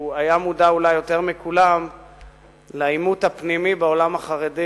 הוא היה מודע אולי יותר מכולם לעימות הפנימי בעולם החרדי